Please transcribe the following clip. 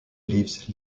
leaves